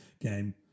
game